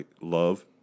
love